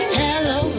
hello